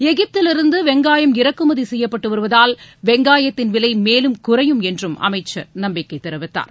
எகிஃப்திலிருந்து வெங்காயம் இறக்குமதி செய்யப்பட்டு வருவதால் வெங்காயத்தின் விலை மேலும் குறையும் என்றும் அமைச்சர் நம்பிக்கை தெரிவித்தார்